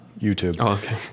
YouTube